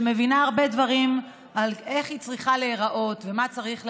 שמבינה הרבה דברים על איך היא צריכה להיראות ומה צריך להיעשות.